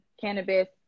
cannabis